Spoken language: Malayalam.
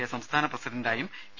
യെ സംസ്ഥാന പ്രസിഡന്റായും കെ